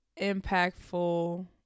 impactful